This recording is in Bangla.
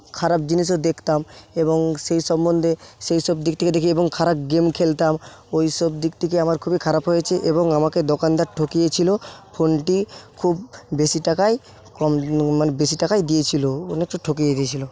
খারাপ জিনিসও দেখতাম এবং সেই সম্বন্ধে সেই সব দিক থেকে দেখি এবং খারাপ গেম খেলতাম ওইসব দিক থেকে আমার খুবই খারাপ হয়েছে এবং আমাকে দোকানদার ঠকিয়ে ছিল ফোনটি খুব বেশী টাকায় কম মানে বেশী টাকায় দিয়েছিল অনেকটা ঠকিয়ে দিয়েছিল